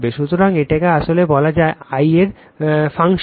সুতরাং এটিকে আসলে বলা যায় I এর ফাংশন